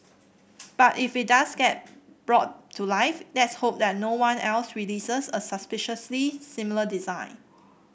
but if it does get brought to life let's hope that no one else releases a suspiciously similar design